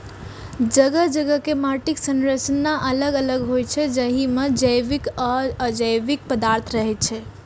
जगह जगह के माटिक संरचना अलग अलग होइ छै, जाहि मे जैविक आ अजैविक पदार्थ रहै छै